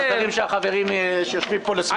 את הדברים שהחברים שיושבים פה לשמאלי אומרים.